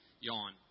yawn